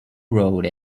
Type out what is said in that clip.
road